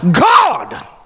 god